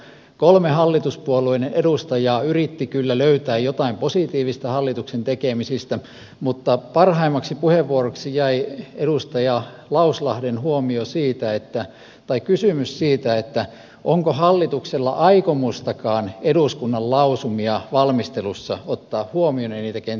kolme hallituspuolueiden edustajaa yritti kyllä löytää jotain positiivista hallituksen tekemisistä mutta parhaimmaksi puheenvuoroksi jäi edustaja lauslahden kysymys siitä onko hallituksella aikomustakaan eduskunnan lausumia valmistelussa ottaa huomioon ja niitä kenties toteuttaa